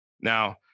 Now